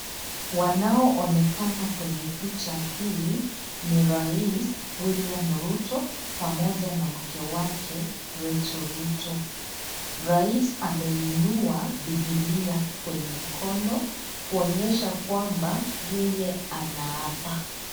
Wanao onekana kwenye picha hii ni rais William Ruto pamoja na mke wake Rachel Ruto. Rais ameinua Bibilia kwenye mkono kuonyesha kwamba yeye ana apa.